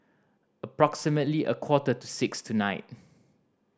approximately a quarter to six tonight